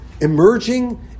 emerging